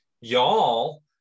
y'all